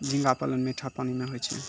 झींगा पालन मीठा पानी मे होय छै